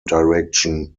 direction